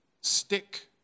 stick